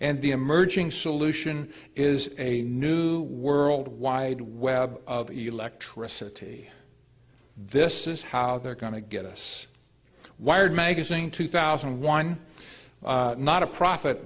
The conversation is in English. and the emerging solution is a new world wide web of electricity this is how they're going to get us wired magazine two thousand and one not a pro